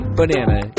banana